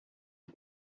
est